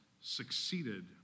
succeeded